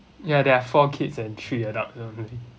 ya they are four kids and three adult only